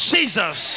Jesus